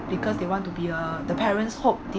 because they want to be uh the parents hope